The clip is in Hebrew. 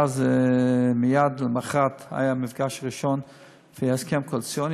ומייד למחרת היה מפגש ראשון לפי ההסכם הקואליציוני.